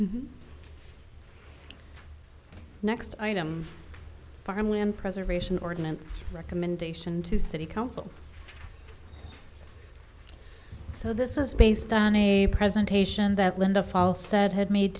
d next item farmland preservation arguments recommendation to city council so this is based on a presentation that linda false that had made